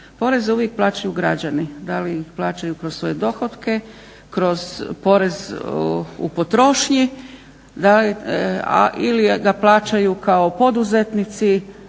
Poreze uvijek plaćaju građani, da li ih plaćaju kroz svoje dohotke, kroz porez u potrošnji ili da plaćaju kao poduzetnici